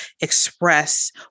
express